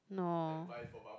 no